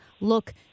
look